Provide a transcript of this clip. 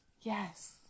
Yes